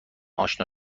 اشنا